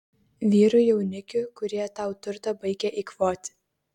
vyrų jaunikių kurie tau turtą baigia eikvoti